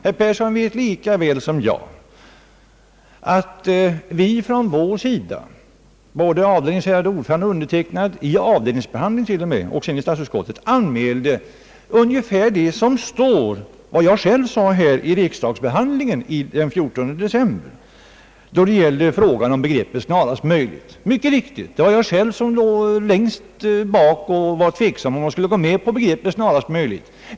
Herr Persson vet lika väl som jag att vi från högerpartiet — både avdelningens ärade ordförande och undertecknad under avdelningsbehandlingen t.o.m. — i statsutskottet anmälde ungefär vad jag själv sade vid riksdagsbehandlingen den 14 december då det gällde begreppet »snarast möjligt». Det är mycket riktigt jag själv, som låg så att säga längst bak, var tveksam om man kunde gå med på begreppet »snarast möjligt».